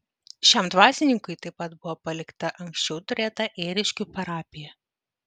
šiam dvasininkui taip pat buvo palikta anksčiau turėta ėriškių parapija